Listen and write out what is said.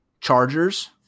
Chargers